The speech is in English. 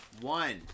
one